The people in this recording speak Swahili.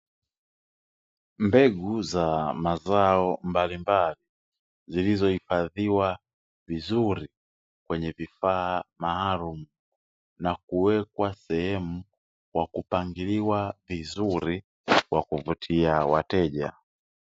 Mbegu za mazao mbalimbali zilizohifadhiwa vizuri kwenye vifaa maalumu, na kuwekwa sehemu kwa kupangiliwa vizuri kwa kuvutia wateja.